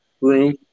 room